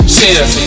Cheers